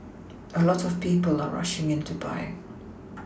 a lot of people are rushing in to buy